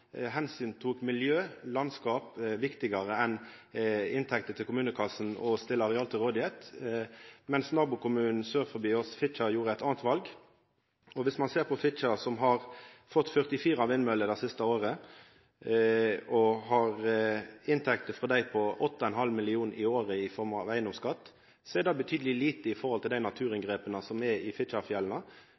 gjorde eit anna val. Viss ein ser på Fitjar, har dei fått 44 vindmøller det siste året og har inntekter frå dei på 8,5 mill. kr i året i form av eigedomsskatt. Det er temmeleg lite samanlikna med dei naturinngrepa som er gjorde i Fitjarfjella.